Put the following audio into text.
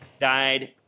died